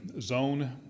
zone